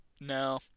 No